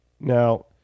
Now